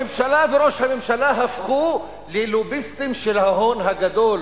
הממשלה וראש הממשלה הפכו ללוביסטים של ההון הגדול,